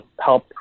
help